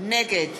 נגד